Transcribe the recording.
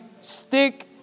stick